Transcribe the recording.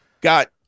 got